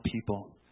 people